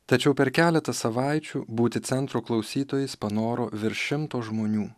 tačiau per keletą savaičių būti centro klausytojais panoro virš šimto žmonių